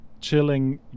chilling